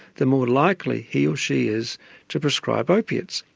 the more likely he or she is to prescribe opiates.